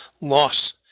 loss